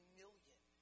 million